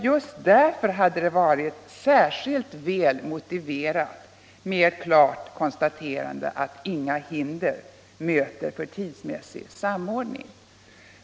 Just därför hade det varit särskilt väl motiverat med ett klart konstaterande att inget hinder möter för en tidsmässig samordning.